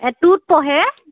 এ টুত পঢ়ে